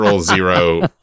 zero